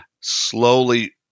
slowly